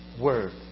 word